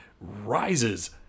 rises